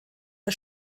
der